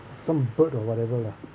some bird or whatever lah